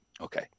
Okay